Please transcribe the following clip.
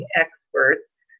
experts